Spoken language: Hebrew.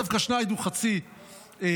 דווקא שנייד הוא חצי עירקי,